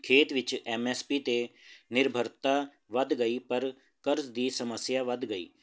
ਖੇਤ ਵਿੱਚ M S P 'ਤੇ ਨਿਰਭਰਤਾ ਵੱਧ ਗਈ ਪਰ ਕਰਜ਼ ਦੀ ਸਮੱਸਿਆ ਵੱਧ ਗਈ